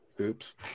Oops